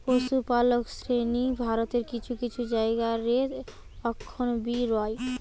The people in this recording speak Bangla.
পশুপালক শ্রেণী ভারতের কিছু কিছু জায়গা রে অখন বি রয়